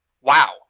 Wow